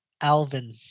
alvin